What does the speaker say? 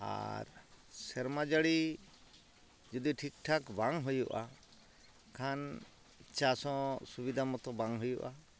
ᱟᱨ ᱥᱮᱨᱢᱟ ᱡᱟᱹᱲᱤ ᱡᱚᱫᱤ ᱴᱷᱤᱠᱴᱷᱟᱠ ᱵᱟᱝ ᱦᱩᱭᱩᱜᱼᱟ ᱠᱷᱟᱱ ᱪᱟᱥᱦᱚᱸ ᱥᱩᱵᱤᱫᱷᱟ ᱢᱚᱛᱚ ᱵᱟᱝ ᱦᱩᱭᱩᱜᱼᱟ